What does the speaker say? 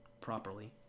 properly